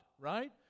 right